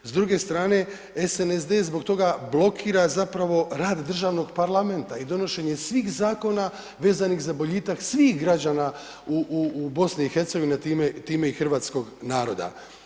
S druge strane, SNSD zbog toga blokira zapravo rad državnog parlamenta i donošenje svih zakona vezanih za boljitak svih građana u BiH-u a time i hrvatskog naroda.